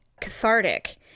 cathartic